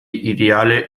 ideale